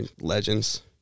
legends